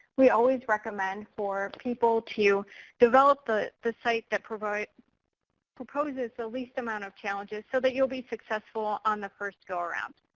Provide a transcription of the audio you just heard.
we always recommend for people to develop the the site that proposes the least amount of challenges, so that you'll be successful on the first go around.